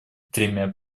тремя